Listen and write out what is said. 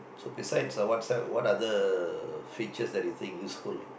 so besides uh WhatsApp what other features that you think useful